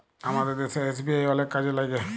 আমাদের দ্যাশের এস.বি.আই অলেক কাজে ল্যাইগে